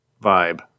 vibe